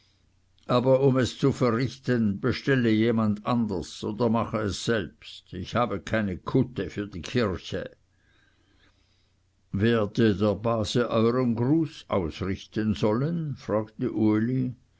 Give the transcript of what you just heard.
aber um es zu verrichten bestelle jemand anders oder mache es selbst ich habe keine kutte für die kirche werde der base euern gruß ausrichten sollen fragte uli